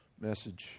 message